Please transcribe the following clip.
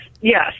yes